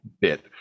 bit